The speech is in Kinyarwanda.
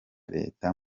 leta